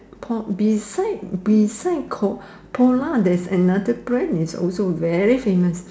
po~ beside beside ko~ polar there is another brand is also very famous